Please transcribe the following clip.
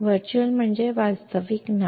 virtual ಎಂದರೆ ನಿಜವಲ್ಲ